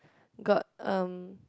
got um